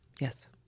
Yes